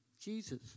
Jesus